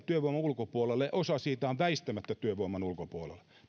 työvoiman ulkopuolella ja osa siitä on väistämättä työvoiman ulkopuolella